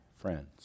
friends